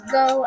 go